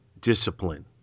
discipline